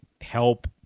help